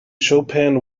chopin